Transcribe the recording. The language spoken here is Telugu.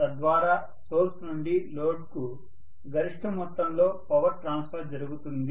తద్వారా సోర్స్ నుండి లోడ్ కు గరిష్ట మొత్తంలో పవర్ ట్రాన్స్ఫర్ జరుగుతుంది